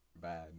bad